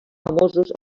famosos